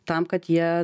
tam kad jie